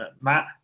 Matt